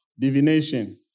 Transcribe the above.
divination